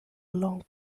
long